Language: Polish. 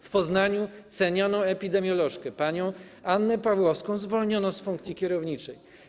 W Poznaniu cenioną epidemiolożkę panią Annę Pawłowską zwolniono z funkcji kierowniczej.